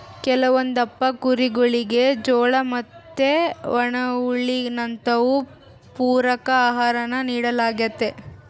ಕೆಲವೊಂದಪ್ಪ ಕುರಿಗುಳಿಗೆ ಜೋಳ ಮತ್ತೆ ಒಣಹುಲ್ಲಿನಂತವು ಪೂರಕ ಆಹಾರಾನ ನೀಡಲಾಗ್ತತೆ